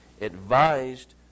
advised